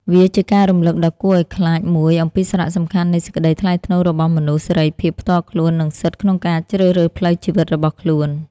វាជាការរំលឹកដ៏គួរឱ្យខ្លាចមួយអំពីសារៈសំខាន់នៃសេចក្តីថ្លៃថ្នូររបស់មនុស្ស សេរីភាពផ្ទាល់ខ្លួន និងសិទ្ធិក្នុងការជ្រើសរើសផ្លូវជីវិតរបស់ខ្លួន។